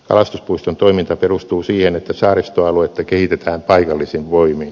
kalastuspuiston toiminta perustuu siihen että saaristoaluetta kehitetään paikallisin voimin